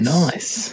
nice